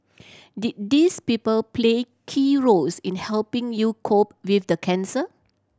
did these people play key roles in helping you cope with the cancer